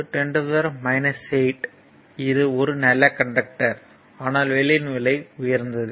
64 10 8 இது ஒரு நல்ல கண்டக்டர் ஆனால் வெள்ளியின் விலை உயர்ந்தது